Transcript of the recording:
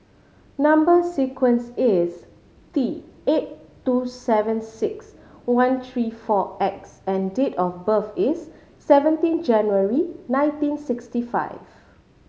number sequence is T eight two seven six one three four X and date of birth is seventeen January nineteen sixty five